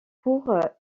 pour